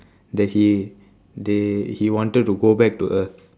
that he they he wanted to go back to earth